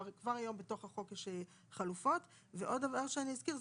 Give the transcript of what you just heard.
שכבר היום בתוך החוק יש חלופות ועוד דבר שאני אזכיר,